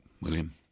William